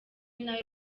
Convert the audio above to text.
nawe